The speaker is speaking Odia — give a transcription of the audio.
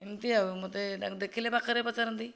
ଏମିତି ଆଉ ମତେ ତାଙ୍କୁ ଦେଖିଲେ ପାଖରେ ପଚାରନ୍ତି